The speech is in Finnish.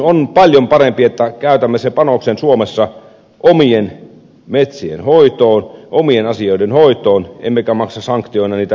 on paljon parempi että käytämme sen panoksen suomessa omien metsien hoitoon omien asioiden hoitoon emmekä maksa sanktioina niitä euroopan unionille